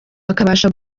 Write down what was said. bakabasha